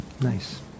Nice